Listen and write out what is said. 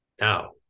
Now